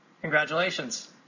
congratulations